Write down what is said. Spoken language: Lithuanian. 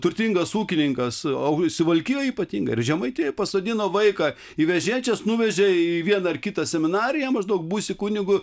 turtingas ūkininkas o suvalkijoj ypatingai ir žemaitijoj pasodino vaiką į vežėčias nuvežė į vieną ar kitą seminariją maždaug būsi kunigu